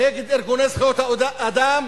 נגד ארגוני זכויות האדם